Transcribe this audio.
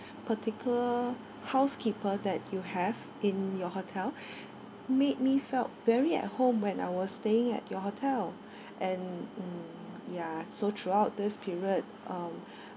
particular housekeeper that you have in your hotel made me felt very at home when I was staying at your hotel and mm ya so throughout this period uh